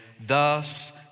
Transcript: thus